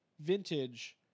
vintage